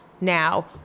now